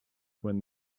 when